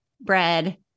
bread